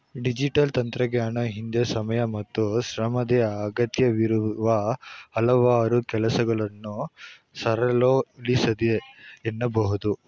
digital ತಂತ್ರಜ್ಞಾನವು ಹಿಂದೆ ಸಮಯ ಮತ್ತು ಶ್ರಮದ ಅಗತ್ಯವಿರುವ ಹಲವಾರು ಕೆಲಸಗಳನ್ನ ಸರಳಗೊಳಿಸಿದೆ ಎನ್ನಬಹುದು